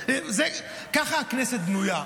ככה הכנסת בנויה.